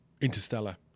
Interstellar